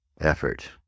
effort